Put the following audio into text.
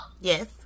Yes